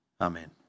Amen